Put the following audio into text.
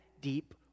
deep